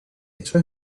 eso